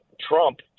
Trump